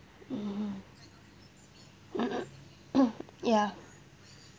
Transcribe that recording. mm ya